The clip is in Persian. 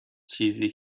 چیزی